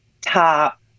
top